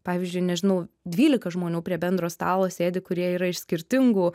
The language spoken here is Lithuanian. pavyzdžiui nežinau dvylika žmonių prie bendro stalo sėdi kurie yra iš skirtingų